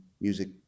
music